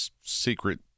secret